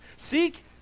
Seek